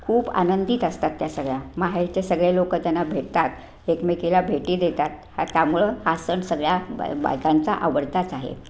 खूप आनंदित असतात त्या सगळ्या माहेरचे सगळे लोक त्यांना भेटतात एकमेकीला भेटी देतात हा त्यामुळं हा सण सगळ्या बा बायकांचा आवडताच आहे